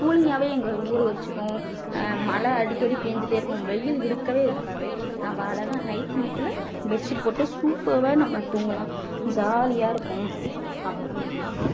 கூலிங்காகவே எங்கள் ஊர் வச்சுக்கும் மழை அடிக்கடி பேஞ்சிகிட்டே இருக்கும் வெயில் இருக்கவே இருக்காது நம்ம அழகாக நைட் நேரத்தில் பெட்ஷீட் போட்டு சூப்பவாக நம்ம தூங்கலாம் ஜாலியாகருக்கும் அப்புறமே